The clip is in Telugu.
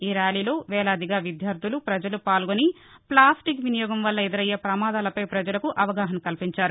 ఈ ర్యాలీలో వేలాదిగా విద్యార్గులు ప్రజలు పాల్గొని ప్లాస్టిక్ వినియోగం వల్ల ఎదురయ్యే ప్రమాదాలపై ప్రజలకు అవగాహన కల్పించారు